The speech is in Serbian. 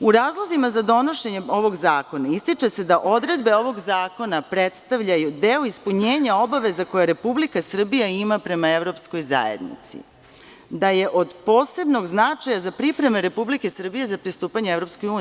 U razlozima za donošenjem ovog zakona ističe se da odredbe ovog zakona predstavljaju deo ispunjenja obaveza koje Republika Srbija ima prema evropskoj zajednici, da je od posebnog značaja za pripreme Republike Srbije za pristupanje EU.